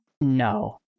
No